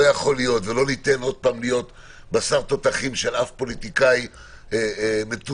לא ניתן להיות שוב בשר תותחים של אף פוליטיקאי מתוסכל,